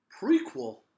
prequel